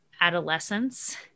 adolescence